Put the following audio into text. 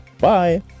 Bye